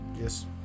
Yes